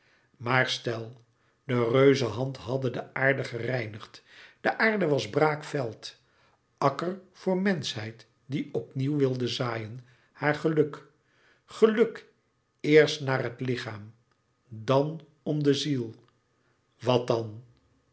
maar stel de reuze hand hadde de aarde gereinigd de aarde was braak veld akker voor menschheid die opnieuw wilde zaaien haar geluk geluk eerst naar het lichaam dan om de ziel wat dan